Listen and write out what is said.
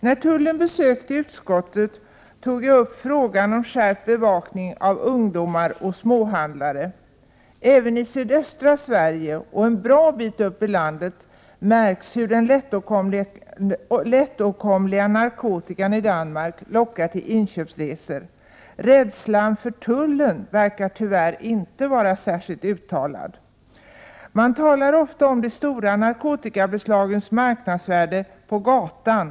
När tullen besökte utskottet tog jag upp frågan om skärpt bevakning av ungdomar och småhandlare. Även i sydöstra Sverige, och en bra bit upp i landet, märks hur den lättåtkomliga narkotikan i Danmark lockar till inköpsresor. Rädslan för tullen verkar tyvärr inte vara särskilt uttalad. Man talar ofta om de stora narkotikabeslagens marknadsvärde på gatan.